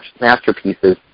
masterpieces